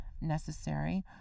necessary